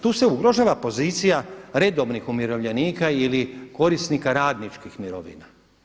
Tu se ugrožava pozicija redovnih umirovljenika ili korisnika radničkih mirovina.